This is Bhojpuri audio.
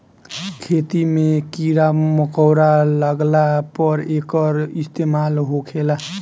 खेती मे कीड़ा मकौड़ा लगला पर एकर इस्तेमाल होखेला